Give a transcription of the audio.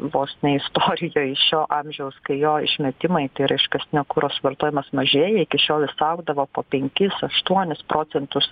vos ne istorijoj šio amžiaus kai jo išmetimai tai yra iškastinio kuro suvartojimas mažėja iki šiol jis augdavo po penkis aštuonis procentus